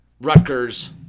Rutgers